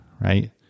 right